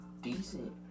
Decent